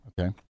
okay